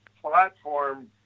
platform